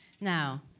Now